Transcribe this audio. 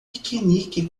piquenique